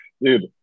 Dude